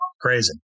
Crazy